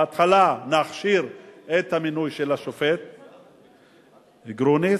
בהתחלה נכשיר את המינוי של השופט גרוניס,